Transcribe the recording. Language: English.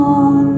on